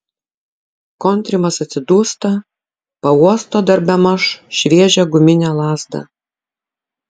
kontrimas atsidūsta pauosto dar bemaž šviežią guminę lazdą